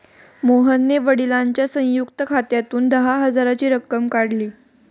मोहनने वडिलांच्या संयुक्त खात्यातून दहा हजाराची रक्कम काढली